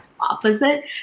Opposite